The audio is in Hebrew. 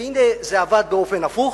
והנה זה עבד באופן הפוך,